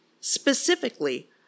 Specifically